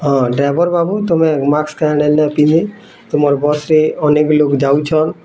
ହଁ ଡ୍ରାଇଭର୍ ବାବୁ ତମେ ମାସ୍କ୍ ତୁମର ବସ୍ରେ ଅନେକ ଲୋକ ଯାଉଛନ୍